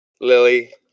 Lily